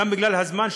גם בגלל הזמן,